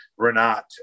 Renat